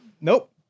Nope